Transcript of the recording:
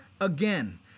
again